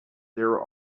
there